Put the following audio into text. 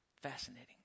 fascinating